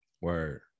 Word